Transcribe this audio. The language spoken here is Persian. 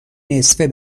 نصفه